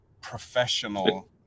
professional